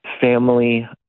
family